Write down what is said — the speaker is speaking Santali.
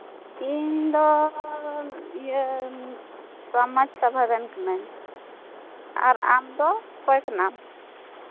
ᱤᱧ ᱫᱚ ᱤᱭᱟᱹ ᱥᱟᱢᱟᱡᱽ ᱥᱮᱵᱟ ᱨᱮᱱ ᱠᱟᱹᱱᱟᱹᱧ ᱟᱨ ᱟᱢ ᱫᱚ ᱚᱠᱚᱭ ᱠᱟᱱᱟᱢ